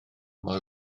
mor